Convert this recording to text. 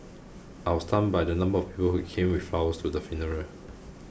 I was stunned by the number of people who came with flowers to the funeral